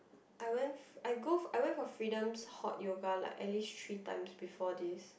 I went I go I went for Freedom hot yoga like at least three times before this